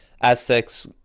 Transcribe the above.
Aztecs